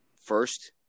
first